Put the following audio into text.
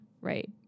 Right